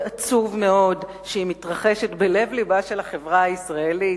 ועצוב מאוד שהיא מתרחשת בלב לבה של החברה הישראלית,